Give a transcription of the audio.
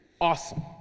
awesome